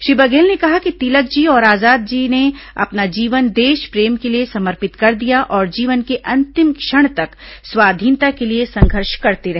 श्री बघेल ने कहा कि तिलक जी और आजाद जी ने अपना जीवन देशप्रेम के लिए समर्पित कर दिया और जीवन के अंतिम क्षण तक स्वाधीनता के लिए संघर्ष करते रहे